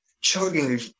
chugging